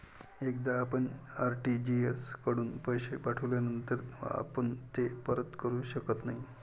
एकदा आपण आर.टी.जी.एस कडून पैसे पाठविल्यानंतर आपण ते परत करू शकत नाही